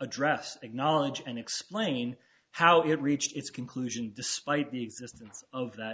address acknowledge and explain how it reached its conclusion despite the existence of that